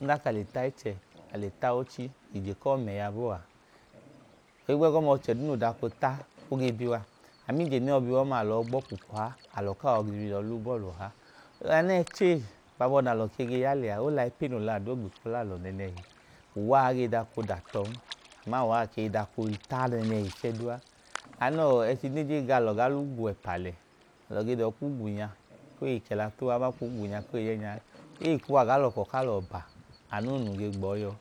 A le ta ichẹ, le ta oochi, ije kuwọ mẹ ya bọọ a. Ohigbu ẹgọma, ọchẹ duu noo daka oota, o ge bi wa. A ma ije ne yọi bi wa ọma, alọ yọi gba ọọ kwu ọha, alọ yọi la ubọọlu ọha. Anu ẹchi ee, ukwabọ nẹ alọ ge ya liya a, o lẹ ayipẹ ee noo la adogbe ku alọ nẹẹnẹhi, uwa i dọka ooda tọn, uwa a ke i dọka oota nẹẹnẹhi fiyẹ duu a. anọọ, ẹchi nẹ e jen g alọ gaa lẹ igwu ẹpa lẹ, alọ ge dọọ ka igwu nya koo kẹla tu uwan, aman ka igwu nya koo ya ẹẹnyan. Eyi kuwa gaa lẹ ọkọ ku alọ ba, anu unu keg bọọ yọ